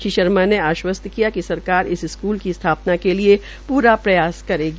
श्री शर्माने आश्वासत किया कि सरकार इस स्कूल की स्थापना के लिए पूरा प्रयास करेगी